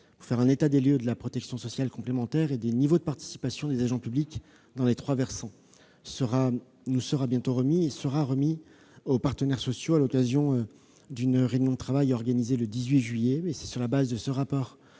pour dresser un état des lieux de la protection sociale complémentaire et des niveaux de participation des agents publics dans les trois versants de la fonction publique nous sera bientôt remis ; il sera également communiqué aux partenaires sociaux à l'occasion d'une réunion de travail organisée le 18 juillet. C'est sur la base de ce rapport